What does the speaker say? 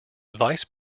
vice